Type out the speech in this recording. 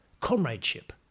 comradeship